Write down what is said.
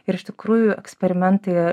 ir iš tikrųjų eksperimentai